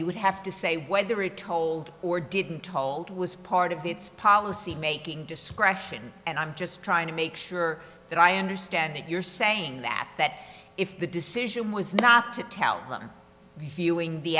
you would have to say whether it told or didn't told was part of its policy making discretion and i'm just trying to make sure that i understand that you're saying that that if the decision was not to tell them viewing the